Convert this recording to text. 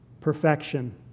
Perfection